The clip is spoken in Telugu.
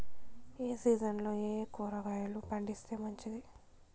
ఏ సీజన్లలో ఏయే కూరగాయలు పండిస్తే మంచిది